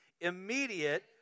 Immediate